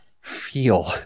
feel